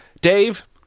Dave